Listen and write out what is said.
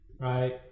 right